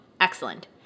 Excellent